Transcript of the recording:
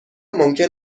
ممکن